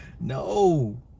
No